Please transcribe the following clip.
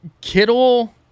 Kittle